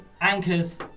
Anchors